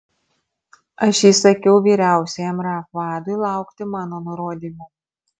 aš įsakiau vyriausiajam raf vadui laukti mano nurodymų